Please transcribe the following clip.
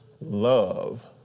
love